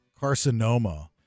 carcinoma